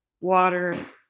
water